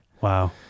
Wow